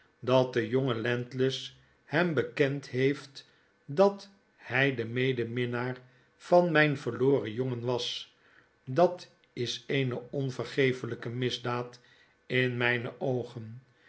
dat de jonge landless hem bekend heeft dat hjj de medeminnaar van mijn verloren jongen was dat is eene onvergeefljjke misdaad in mijne oogen